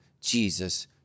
Jesus